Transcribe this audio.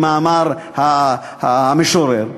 כמאמר המשורר,